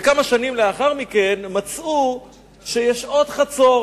וכמה שנים לאחר מכן מצאו שיש עוד חצור